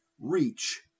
reach